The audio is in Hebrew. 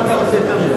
מה אתה רוצה יותר מזה?